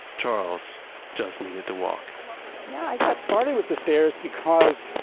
charles just needed to walk i got started with the stairs because